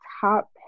top